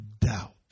doubt